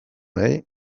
nahi